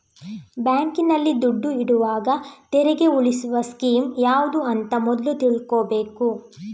ಬ್ಯಾಂಕಿನಲ್ಲಿ ದುಡ್ಡು ಇಡುವಾಗ ತೆರಿಗೆ ಉಳಿಸುವ ಸ್ಕೀಮ್ ಯಾವ್ದು ಅಂತ ಮೊದ್ಲು ತಿಳ್ಕೊಬೇಕು